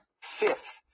fifth